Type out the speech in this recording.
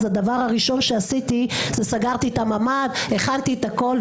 הדבר הראשון שעשיתי זה לסגור את הממ"ד ולהכין את הכול.